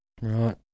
Right